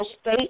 state